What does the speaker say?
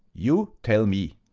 you tell me.